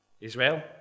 Israel